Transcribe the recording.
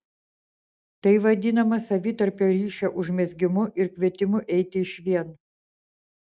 tai vadinama savitarpio ryšio užmezgimu ir kvietimu eiti išvien